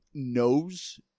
knows